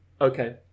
Okay